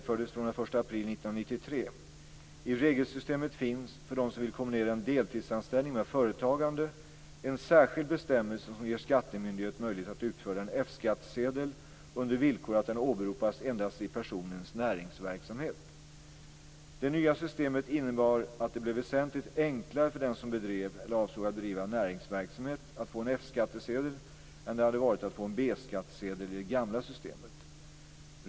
för dem som vill kombinera en deltidsanställning med företagande - en särskild bestämmelse som ger skattemyndigheten möjlighet att utfärda en F skattsedel under villkor att den åberopas endast i personens näringsverksamhet. Det nya systemet innebar att det blev väsentligt enklare för den som bedrev eller avsåg att bedriva näringsverksamhet att få en F-skattsedel än det hade varit att få en B-skattsedel i det gamla systemet.